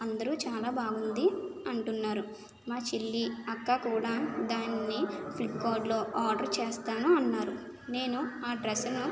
అందరూ చాలా బాగుంది అంటున్నారు మా చెల్లి అక్కా కూడా దాన్ని ఫ్లిప్కార్ట్లో ఆర్డర్ చేస్తాను అన్నారు నేను ఆ డ్రెస్సును